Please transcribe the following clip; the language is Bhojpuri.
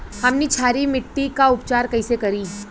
हमनी क्षारीय मिट्टी क उपचार कइसे करी?